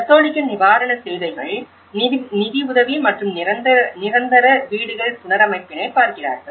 கத்தோலிக்க நிவாரண சேவைகள் நிதி உதவி மற்றும் நிரந்தர வீடுகள் புனரமைப்பினை பார்க்கிறார்கள்